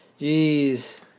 Jeez